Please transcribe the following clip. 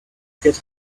get